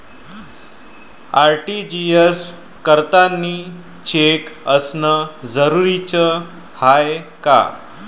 RTGS करतांनी cheque असनं जरुरीच हाय का?